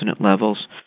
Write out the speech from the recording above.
levels